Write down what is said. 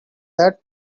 that